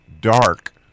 dark